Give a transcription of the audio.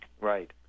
Right